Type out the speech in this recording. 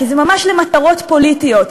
כי זה ממש למטרות פוליטיות.